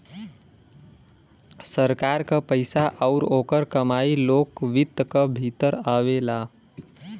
सरकार क पइसा आउर ओकर कमाई लोक वित्त क भीतर आवेला